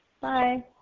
Bye